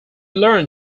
learned